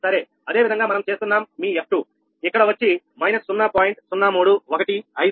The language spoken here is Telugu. సరే అదే విధంగా మనం చేస్తున్నాం మీ f2 ఇక్కడ వచ్చి 0